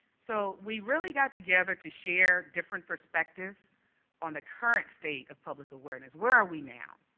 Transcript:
so we really got together to share different perspectives on the current state of public awareness, where are we now.